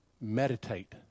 Meditate